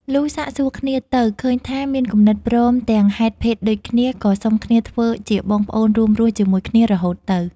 លុះសាកសួរគ្នាទៅ ឃើញថាមានគំនិតព្រមទាំងហេតុភេទដូចគ្នា ក៏សុំគ្នាធ្វើជាបងប្អូនរួមរស់ជាមួយគ្នា រហូតទៅ។